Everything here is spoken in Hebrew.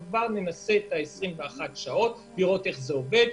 ננסה לעבור ל-21 שעות ולראות איך זה עובד.